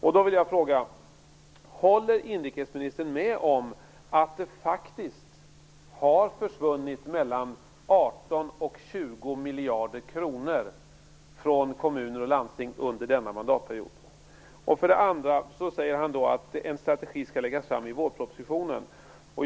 Sedan säger inrikesministern att en strategi skall läggas fram i vårpropositionen.